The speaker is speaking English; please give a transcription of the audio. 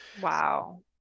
Wow